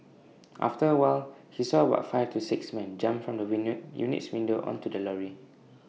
after A while he saw about five to six men jump from the unit unit's windows onto the lorry